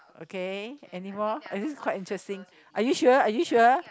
okay anymore and this is quite interesting are you sure are you sure